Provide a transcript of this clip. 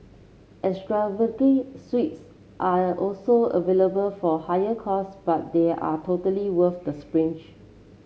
extravagant suites are also available for higher cost but they are totally worth the splurge